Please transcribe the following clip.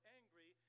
angry